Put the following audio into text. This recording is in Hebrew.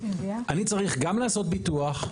אני צריך גם לעשות ביטוח,